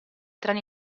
treni